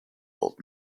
old